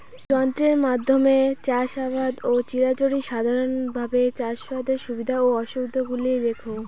যন্ত্রের মাধ্যমে চাষাবাদ ও চিরাচরিত সাধারণভাবে চাষাবাদের সুবিধা ও অসুবিধা গুলি লেখ?